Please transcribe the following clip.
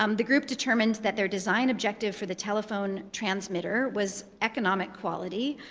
um the group determined that their design objective for the telephone transmitter was economic quality.